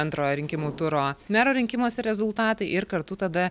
antrojo rinkimų turo mero rinkimuose rezultatai ir kartu tada